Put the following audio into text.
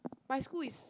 my school is